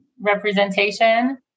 representation